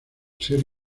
ser